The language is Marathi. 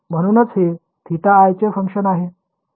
म्हणूनच हे θi चे फंक्शन आहे